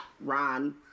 Ron